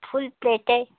फुल प्लेटै